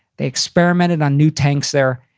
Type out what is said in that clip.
they experimented on new tanks there.